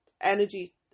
energy